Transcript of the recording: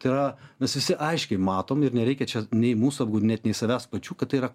tai yra mes visi aiškiai matomi ir nereikia čia nei mūsų apgaudinėt nei savęs pačių kad tai yra